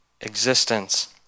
existence